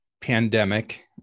pandemic